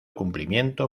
cumplimiento